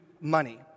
money